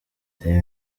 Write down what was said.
reba